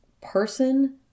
person